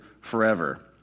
forever